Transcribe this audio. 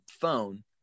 phone